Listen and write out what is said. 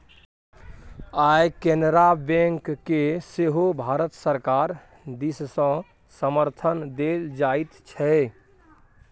आय केनरा बैंककेँ सेहो भारत सरकार दिससँ समर्थन देल जाइत छै